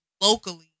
locally